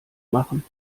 machen